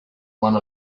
one